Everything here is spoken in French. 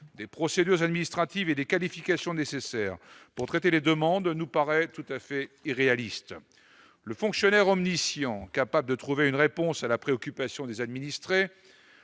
des procédures administratives et les qualifications nécessaires pour traiter les demandes nous paraît tout à fait irréaliste le fonctionnaire omniscient, capable de trouver une réponse à la préoccupation des administrés,